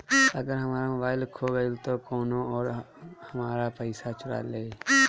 अगर हमार मोबइल खो गईल तो कौनो और हमार पइसा चुरा लेइ?